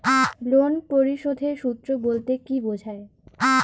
Loan পরিশোধের সূএ বলতে কি বোঝায়?